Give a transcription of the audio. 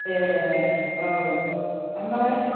ए औ ओमफ्राय